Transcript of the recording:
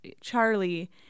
Charlie